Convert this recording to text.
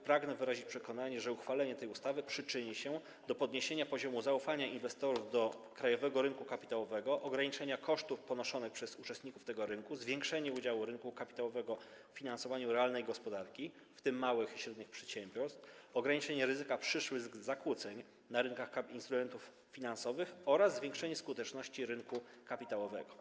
Pragnę wyrazić przekonanie, że uchwalenie tej ustawy przyczyni się do podniesienia poziomu zaufania inwestorów do krajowego rynku kapitałowego, ograniczenia kosztów ponoszonych przez uczestników tego rynku, zwiększenia udziału rynku kapitałowego w finansowaniu realnej gospodarki, w tym małych i średnich przedsiębiorstw, ograniczenia ryzyka przyszłych zakłóceń na rynkach instrumentów finansowych oraz zwiększenia skuteczności rynku kapitałowego.